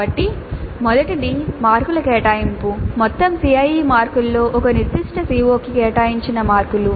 కాబట్టి మొదటిది మార్కుల కేటాయింపు మొత్తం CIE మార్కులలో ఒక నిర్దిష్ట CO కి కేటాయించిన మార్కులు